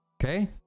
Okay